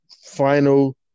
final